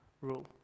rule